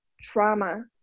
trauma